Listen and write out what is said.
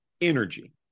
energy